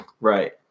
Right